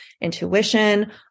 intuition